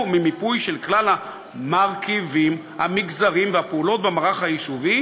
ממיפוי של כלל המרכיבים המגזריים והפעולות במערך היישובי,